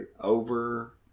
over